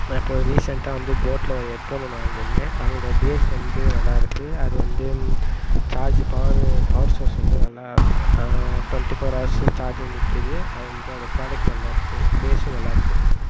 நான் இப்போது ரீசெண்டாக வந்து போட்டில் ஒரு ஹெட்ஃபோன் ஒன்று வாங்கியிருந்தேன் அதோட பேஸ் வந்து நல்லா இருக்கு அது வந்து சார்ஜு பவரு பவர் சோர்ஸ் வந்து நல்லா டுவென்டி ஃபோர் ஹவர்ஸு சார்ஜ் நிக்குது அது வந்து அந்த ப்ராடக்ட் நல்லா இருக்கு பேஸும் நல்லா இருக்கு